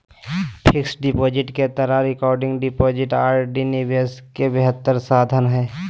fixed deposit के तरह recurring deposit RD निवेश के बेहतर साधन हइ